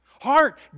Heart